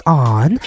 on